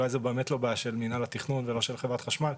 אולי זה באמת לא בעיה של מנהל התכנון אלא של חברת חשמל.